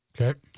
Okay